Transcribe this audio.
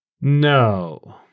No